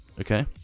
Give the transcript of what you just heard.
okay